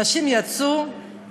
שהאנשים יצאו